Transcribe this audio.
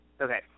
Okay